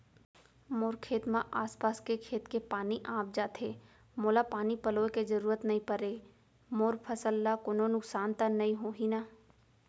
मोर खेत म आसपास के खेत के पानी आप जाथे, मोला पानी पलोय के जरूरत नई परे, मोर फसल ल कोनो नुकसान त नई होही न?